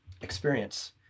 experience